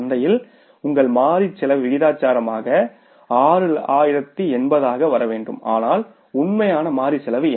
சந்தையில் உங்கள் மாறி செலவு விகிதாசாரமாக 6080 ஆக வர வேண்டும் ஆனால் உண்மையான மாறி செலவு என்ன